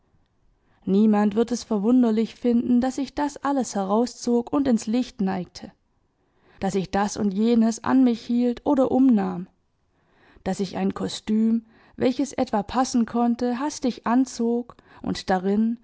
niemand wird es verwunderlich finden daß ich das alles herauszog und ins licht neigte daß ich das und jenes an mich hielt oder umnahm daß ich ein kostüm welches etwa passen konnte hastig anzog und darin